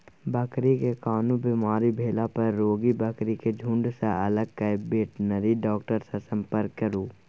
बकरी मे कोनो बेमारी भेला पर रोगी बकरी केँ झुँड सँ अलग कए बेटनरी डाक्टर सँ संपर्क करु